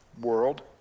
world